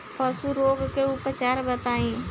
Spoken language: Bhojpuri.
पशु रोग के उपचार बताई?